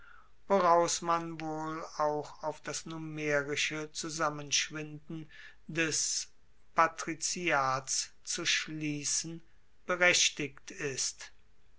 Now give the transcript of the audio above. woraus man wohl auch auf das numerische zusammenschwinden des patriziats zu schliessen berechtigt ist